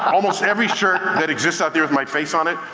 almost every shirt that exists out there with my face on it,